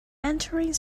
entering